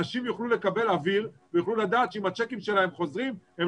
אנשים יוכלו לקבל אוויר ויוכלו לדעת שאם הצ'קים שלהם חוזרים והם